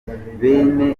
bene